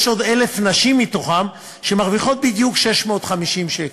יש עוד 1,000 נשים מהן שמרוויחות בדיוק 650 שקל.